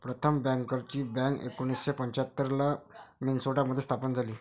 प्रथम बँकर्सची बँक एकोणीसशे पंच्याहत्तर ला मिन्सोटा मध्ये स्थापन झाली